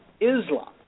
Islam